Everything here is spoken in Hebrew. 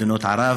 מדינות ערב.